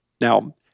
Now